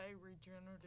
regenerative